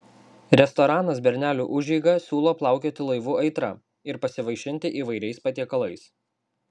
restoranas bernelių užeiga siūlo plaukioti laivu aitra ir pasivaišinti įvairiais patiekalais